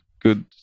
good